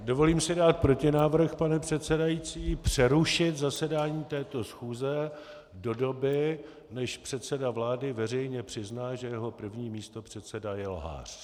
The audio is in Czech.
Dovolím si dát protinávrh, pane předsedající, přerušit zasedání této schůze do doby, než předseda vlády veřejně přizná, že jeho první místopředseda je lhář.